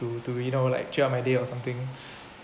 to to you know like cheer up my day or something